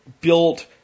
built